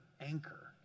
anchor